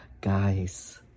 Guys